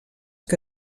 que